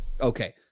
okay